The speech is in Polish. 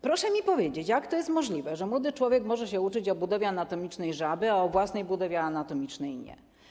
Proszę mi powiedzieć, jak to jest możliwe, że młody człowiek może się uczyć o budowie anatomicznej żaby, a o własnej budowie anatomicznej - nie.